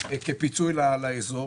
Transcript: כפיצוי לאזור.